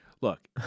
look